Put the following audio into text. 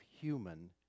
human